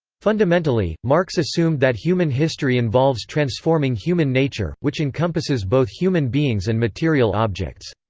fundamentally, marx assumed that human history involves transforming human nature, which encompasses both human beings and material objects.